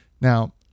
Now